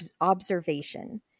observation